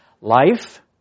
Life